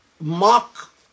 mock